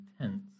tense